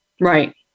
Right